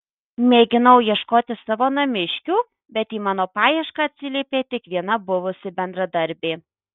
mėginau ieškoti savo namiškių bet į mano paiešką atsiliepė tik viena buvusi bendradarbė